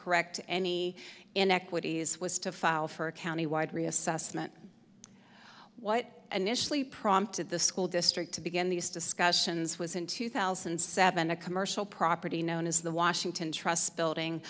correct any inequities was to file for a county wide reassessment what initially prompted the school district to begin these discussions was in two thousand and seven a commercial property known as the washington trust building